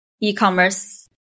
e-commerce